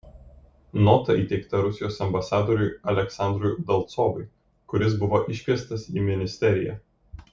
nota įteikta rusijos ambasadoriui aleksandrui udalcovui kuris buvo iškviestas į ministeriją